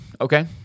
okay